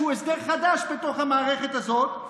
שהוא הסדר חדש בתוך המערכת הזאת,